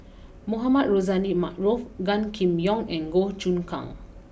Mohamed Rozani Maarof Gan Kim Yong and Goh Choon Kang